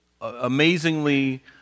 amazingly